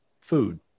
food